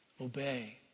obey